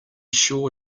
sure